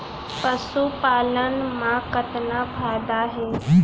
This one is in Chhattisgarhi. पशुपालन मा कतना फायदा हे?